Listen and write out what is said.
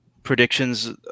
predictions